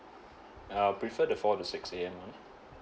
I will prefer the four to six A_M one